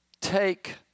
take